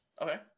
Okay